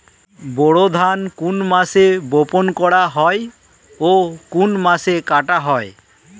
বোরো ধান কোন মাসে বপন করা হয় ও কোন মাসে কাটা হয়?